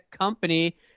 company